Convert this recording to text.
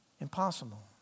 Impossible